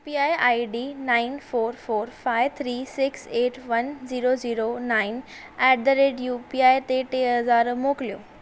U P I I D nine four four five three six eight one zero zero nine at the rate U P I ते टे हज़ार मोकिलियो